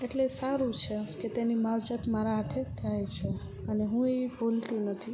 એટલે સારું છે કે તેની માવજત મારા હાથે જ થાય છે અને હું એ ભૂલતી નથી